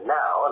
now